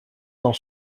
dans